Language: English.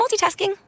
multitasking